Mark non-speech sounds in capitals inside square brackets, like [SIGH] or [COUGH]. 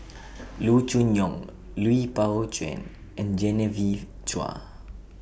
[NOISE] Loo Choon Yong Lui Pao Chuen and Genevieve Chua